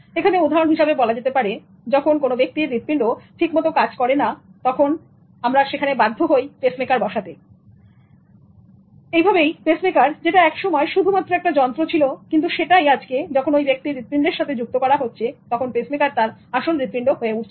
এখানে উদাহরণ হিসাবে বলা যেতে পারে যখন আমাদের হৃদপিণ্ড ঠিক মতন কাজ করে না তখন আমরা বাধ্য হই পেসমেকার বসাতে এভাবেই পেসমেকার যেটা একসময় শুধুমাত্র একটা যন্ত্র ছিল কিন্তু সেটাই আজকে যখন ঐ ব্যক্তির হৃদপিন্ডের সাথে যুক্ত করা হচ্ছে তখন পেসমেকার তার আসল হৃদপিন্ড হয়ে উঠছে